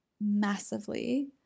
massively